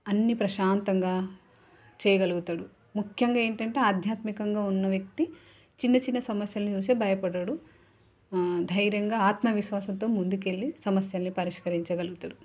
అన్ని ప్రశాంతంగా చేయగలుగుతాడు ముఖ్యంగా ఏంటంటే ఆధ్యాత్మికంగా ఉన్న వ్యక్తి చిన్న చిన్న సమస్యలను చూసే భయపడడు ధైర్యంగా ఆత్మవిశ్వాసంతో ముందుకెళ్ళి సమస్యలని పరిష్కరించగలుగుతాడు